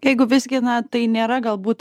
jeigu visgi na tai nėra galbūt